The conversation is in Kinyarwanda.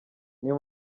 niyo